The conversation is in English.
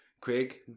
Craig